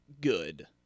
Good